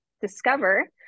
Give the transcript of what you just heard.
discover